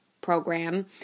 program